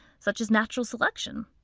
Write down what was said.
such as natural selection.